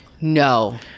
no